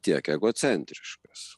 tiek egocentriškas